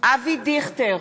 מצביעה אבי דיכטר,